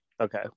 okay